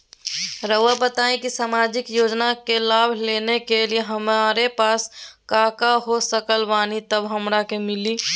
रहुआ बताएं कि सामाजिक योजना के लाभ लेने के लिए हमारे पास काका हो सकल बानी तब हमरा के मिली?